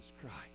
Christ